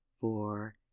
four